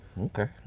Okay